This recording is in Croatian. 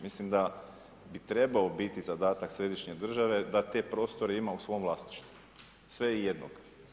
Mislim da bi trebao biti zadatak središnje države da te prostore ima u svom vlasništvu, sve i jednog.